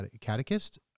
catechist